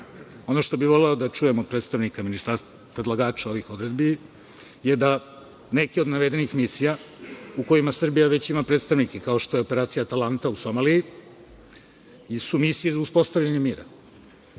što bih voleo da čujem od predstavnika predlagača ovih odredbi je da neke od navedenih misija, u kojima Srbija već ima predstavnike, kao što je Operacija „Atalanta“ u Somaliji, su misije za uspostavljanje mira.